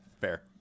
Fair